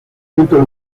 centro